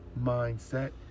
mindset